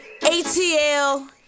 atl